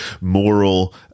moral